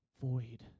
void